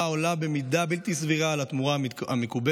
העולה במידה בלתי סבירה על התמורה המקובלת,